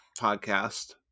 podcast